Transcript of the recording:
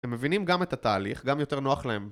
הם מבינים גם את התהליך, גם יותר נוח להם